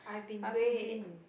I've been great